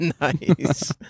Nice